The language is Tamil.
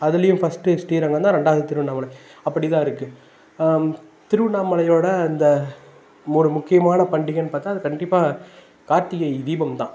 அதிலேயும் ஃபஸ்ட்டு ஸ்ரீரங்கம் தான் ரெண்டாவது திருவண்ணாமல அப்படி தான் இருக்குது திருவண்ணாமலையோடய அந்த மூணு முக்கியமான பண்டிகைனு பார்த்த அது கண்டிப்பாக கார்த்திகை தீபம் தான்